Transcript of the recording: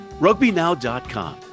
RugbyNow.com